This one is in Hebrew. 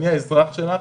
אני האזרח שלה,